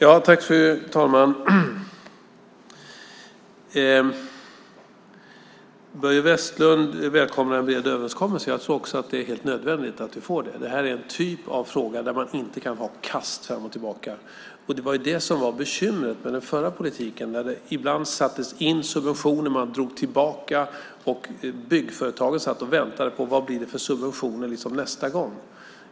Fru talman! Börje Vestlund välkomnar en bred överenskommelse. Jag tror också att det är helt nödvändigt att vi får det. Det här är en typ av fråga där man inte kan ha kast fram och tillbaka. Det var ju det som var bekymret med den förra politiken, när det ibland sattes in subventioner och ibland drogs tillbaka och byggföretagen satt och väntade på vilka subventioner som skulle komma nästa gång.